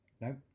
No